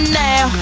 now